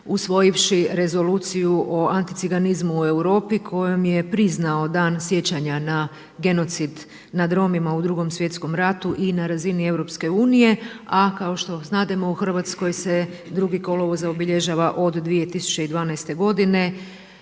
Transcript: usvojivši Rezoluciju o anticiganizmu u Europi kojom je priznao Dan sjećanja na genocid nad Romima u Drugom svjetskom ratu i na razini EU. A kao što znademo u Hrvatskoj se 2. kolovoza obilježava od 2012. godine